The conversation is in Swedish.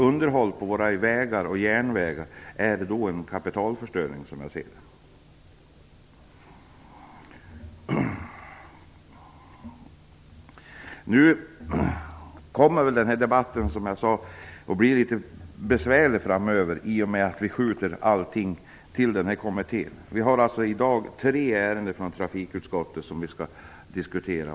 Underhållet av vägar och järnvägar blir då, som jag ser detta, en kapitalförstöring. Denna debatt blir nog, som sagt, besvärlig framöver i och med att allting skjuts över till kommittén. I dag är det tre ärenden från trafikutskottet som skall diskuteras.